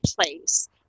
place